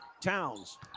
Towns